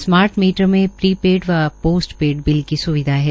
smart meter में prepaid व postpaid bill की स्विधा है